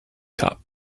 cup